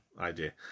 idea